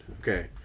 Okay